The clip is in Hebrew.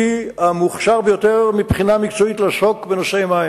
המוכשר ביותר מבחינה מקצועית בנושאי מים,